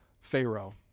Pharaoh